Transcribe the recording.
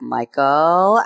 Michael